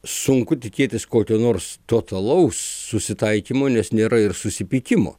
sunku tikėtis kokio nors totalaus susitaikymo nes nėra ir susipykimo